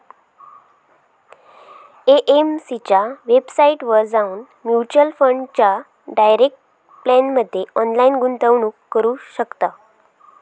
AMC च्या वेबसाईटवर जाऊन म्युच्युअल फंडाच्या डायरेक्ट प्लॅनमध्ये ऑनलाईन गुंतवणूक करू शकताव